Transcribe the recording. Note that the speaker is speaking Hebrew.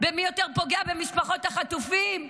במי פוגע יותר במשפחות החטופים.